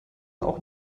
auch